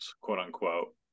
quote-unquote